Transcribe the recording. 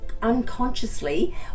unconsciously